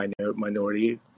minority